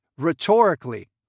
Rhetorically